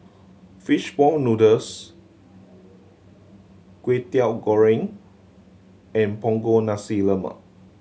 fish ball noodles Kwetiau Goreng and Punggol Nasi Lemak